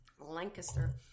Lancaster